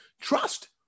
trust